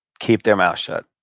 keep their mouth shut.